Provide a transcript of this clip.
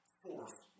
force